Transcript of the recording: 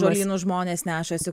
žolynus žmones nešasi